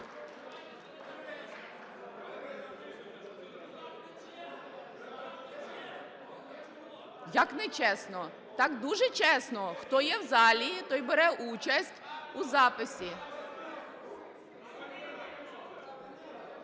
Як нечесно? Так дуже чесно: хто є в залі, той бере участь у записі.